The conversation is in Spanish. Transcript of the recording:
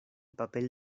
papel